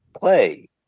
play